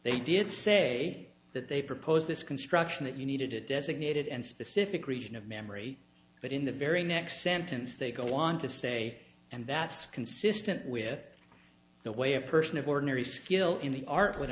they did say that they proposed this construction that you needed a designated and specific region of memory but in the very next sentence they go on to say and that's consistent with the way a person of ordinary skill in the art would